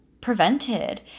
prevented